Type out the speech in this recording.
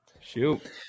Shoot